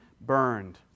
burned